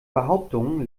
behauptungen